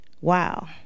Wow